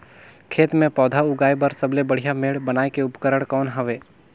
खेत मे पौधा उगाया बर सबले बढ़िया मेड़ बनाय के उपकरण कौन हवे?